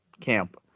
camp